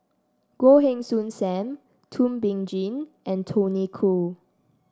Goh Heng Soon Sam Thum Ping Tjin and Tony Khoo